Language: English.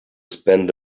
spend